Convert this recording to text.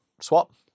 Swap